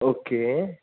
okay